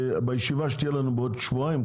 בישיבה שתהיה לנו בעוד שבועיים,